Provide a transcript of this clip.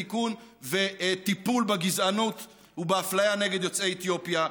תיקון וטיפול בגזענות ובאפליה נגד יוצאי אתיופיה.